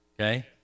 okay